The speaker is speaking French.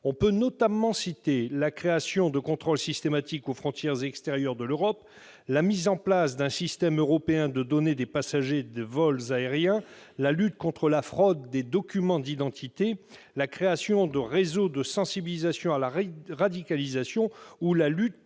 On peut notamment citer l'instauration de contrôles systématiques aux frontières extérieures de l'Europe, la mise en place d'un système européen de données des passagers de vols aériens, la lutte contre la fraude aux documents d'identité, la création d'un réseau de sensibilisation à la radicalisation ou la lutte